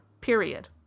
period